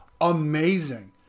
amazing